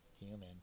human